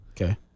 Okay